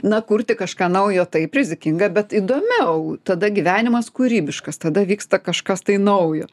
na kurti kažką naujo taip rizikinga bet įdomiau tada gyvenimas kūrybiškas tada vyksta kažkas tai naujo